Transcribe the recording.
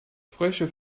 frösche